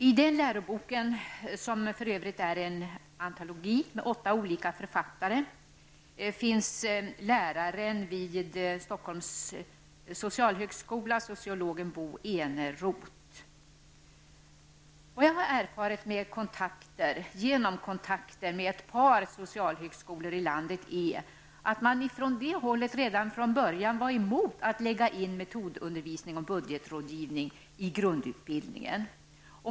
I den läroboken, som för övrigt är en antologi av åtta författare, finns läraren vid Vad jag har erfarit genom kontakter med ett par socialhögskolor i landet är att man från det hållet redan från början var emot att lägga in metodundervisning om budgetrådgivning i grundutbildningen.